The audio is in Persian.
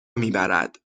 میبرد